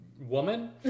woman